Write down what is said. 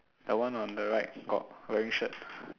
the one on the right got wearing shirt